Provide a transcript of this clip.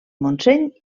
montseny